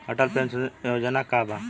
Atal pension Yojana का बा?